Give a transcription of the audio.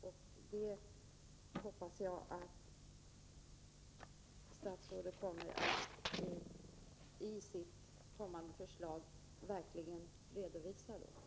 Jag hoppas att statsrådet i sitt kommande förslag verkligen kommer att redovisa detta.